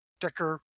thicker